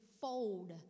fold